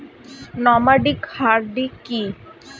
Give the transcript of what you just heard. Nomadic herding কি?